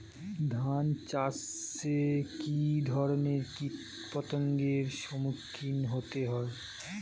ধান চাষে কী ধরনের কীট পতঙ্গের সম্মুখীন হতে হয়?